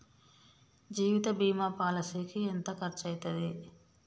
జీవిత బీమా పాలసీకి ఎంత ఖర్చయితది?